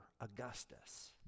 Augustus